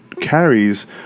carries